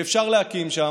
ואפשר להקים שם,